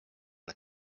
nad